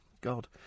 God